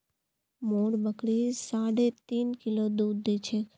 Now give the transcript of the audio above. मोर बकरी साढ़े तीन किलो दूध दी छेक